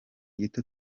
gito